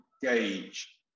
gauge